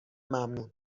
ممنون